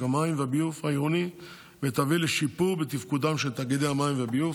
המים והביוב העירוני ותביא לשיפור בתפקודם של תאגידי המים והביוב,